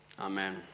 Amen